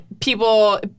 people